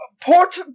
port